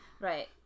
Right